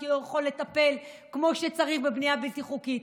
לא יכול לטפל כמו שצריך בבנייה בלתי חוקית,